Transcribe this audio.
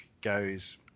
goes